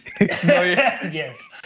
Yes